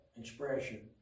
expression